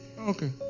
Okay